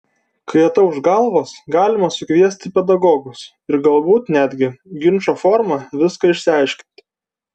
kai atauš galvos galima sukviesti pedagogus ir galbūt netgi ginčo forma viską išsiaiškinti